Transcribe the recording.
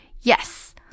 Yes